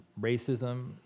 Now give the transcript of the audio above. racism